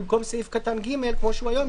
במקום סעיף קטן (ג) כמו שהוא היום,